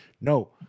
no